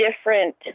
different